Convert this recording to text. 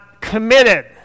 committed